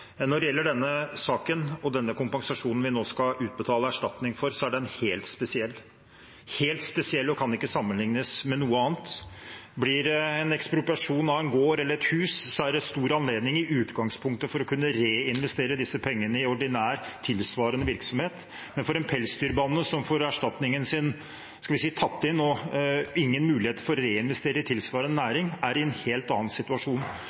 Når det gjelder denne saken og kompensasjonen vi nå skal utbetale erstatning for, er den helt spesiell og kan ikke sammenlignes med noe annet. Blir det ekspropriasjon av en gård eller et hus, er det i utgangspunktet stor anledning til å kunne reinvestere disse pengene i ordinær, tilsvarende virksomhet. Men en pelsdyrbonde som får erstatningen sin tatt inn og ikke har noen mulighet til å reinvestere i tilsvarende næring, er i en helt annen situasjon.